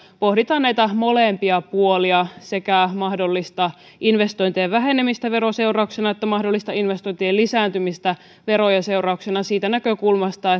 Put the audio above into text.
pohditaan näitä molempia puolia sekä mahdollista investointien vähenemistä verojen seurauksena että mahdollista investointien lisääntymistä verojen seurauksena siitä näkökulmasta